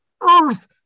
earth